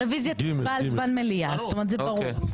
הרוויזיה --- במליאה, זאת אומרת זה ברור.